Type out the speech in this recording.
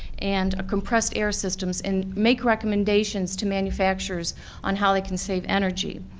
and compressed air systems and make recommendations to manufacturers on how they can save energy.